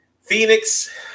phoenix